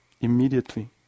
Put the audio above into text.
immediately